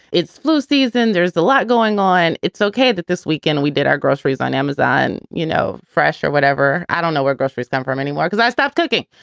it's flu season. there's a lot going on. it's ok that this weekend we did our groceries on amazon, you know, fresh or whatever. i don't know where groceries come from anymore because i stopped cooking.